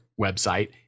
website